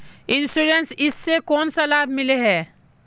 Insurance इस से कोन सा लाभ मिले है?